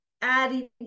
adding